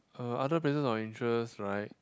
uh other places of interest right